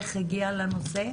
איך היא הגיעה לנושא.,